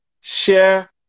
share